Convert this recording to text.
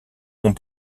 ont